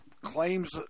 claims